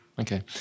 okay